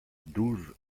douze